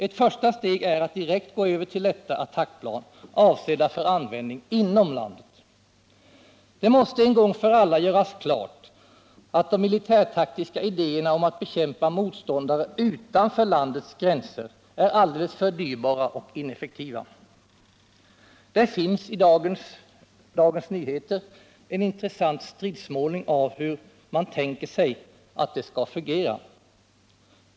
Ett första steg är att direkt gå över till lätta attackplan, avsedda för användning inom landet. Det måste en gång för alla göras klart att de militärtaktiska idéerna om att bekämpa motståndare utanför landets gränser är ogenomförbara — sådana försvarsmetoder blir alldeles för dyrbara och ineffektiva. I dagens nummer av Dagens Nyheter finns det en intressant stridsmålning av hur man tänker sig att detta skall fungera.